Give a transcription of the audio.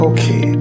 Okay